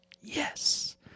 yes